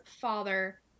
father